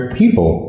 people